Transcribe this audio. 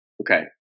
Okay